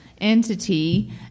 entity